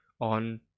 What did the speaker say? on